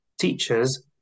teachers